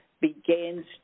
begins